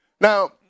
Now